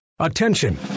Attention